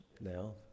now